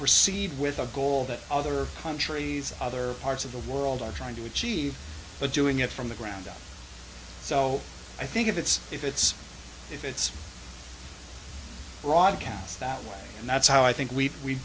proceed with a goal that other countries other parts of the world are trying to achieve but doing it from the ground up so i think if it's if it's if it's broadcast that way and that's how i think we